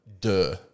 Duh